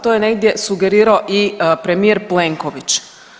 To je negdje sugerirao i premijer Plenković.